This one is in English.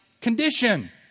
condition